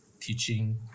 teaching